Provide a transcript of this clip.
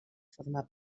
forma